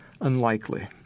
Unlikely